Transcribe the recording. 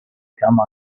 come